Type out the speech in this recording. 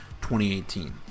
2018